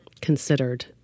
considered